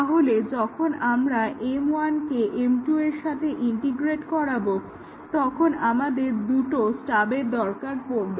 তাহলে যখন আমরা M1 কে M2 এর সাথে ইন্টিগ্রেট করাবো তখন আমাদের দুটো স্টাবের দরকার হবে